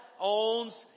owns